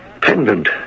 Pendant